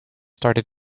started